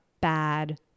bad